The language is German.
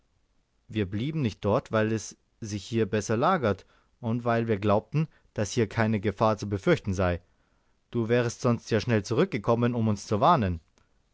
wir blieben nicht dort weil es sich hier besser lagert und weil wir glaubten daß hier keine gefahr zu befürchten sei du wärest sonst ja schnell zurückgekommen um uns zu warnen